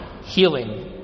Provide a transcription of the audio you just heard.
Healing